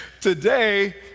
today